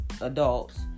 adults